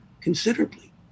considerably